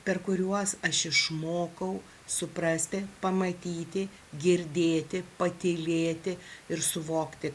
per kuriuos aš išmokau suprasti pamatyti girdėti patylėti ir suvokti